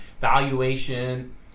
valuation